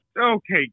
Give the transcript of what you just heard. Okay